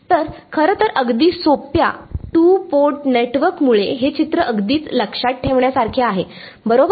तर खरं तर अगदी सोप्या टू पोर्ट नेटवर्कमुळे हे चित्र अगदीच लक्षात ठेवण्यासारखे आहे बरोबर